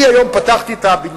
אני פתחתי היום את הבניין,